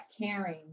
caring